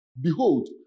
Behold